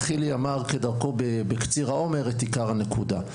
שחילי אמר כדרכו בקציר העומר את עיקר הנקודה.